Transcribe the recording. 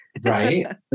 Right